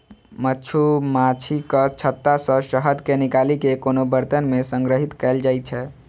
मछुमाछीक छत्ता सं शहद कें निकालि कें कोनो बरतन मे संग्रहीत कैल जाइ छै